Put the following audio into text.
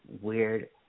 weird